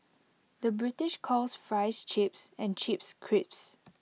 the British calls Fries Chips and Chips Crisps